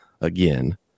again